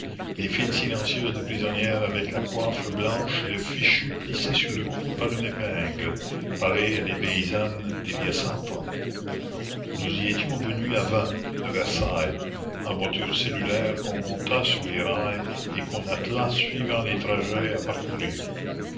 les files silencieuses de prisonnières avec la coiffe blanche et le fichu plissé sur le cou par une épingle pareilles à des paysannes d'il y a cent ans nous y étions venues à vingt de versailles en voiture cellulaire qu'on monta sur les rails et qu'on attela suivant les trajets à parcourir